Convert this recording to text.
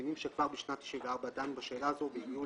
מבינים שכבר בשנת 1994 דנו בשאלה הזאת והגיעו